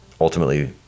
ultimately